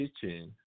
teaching